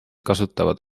kasutavad